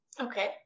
Okay